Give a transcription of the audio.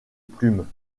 plumes